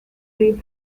reef